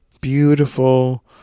Beautiful